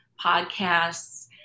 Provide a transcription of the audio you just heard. podcasts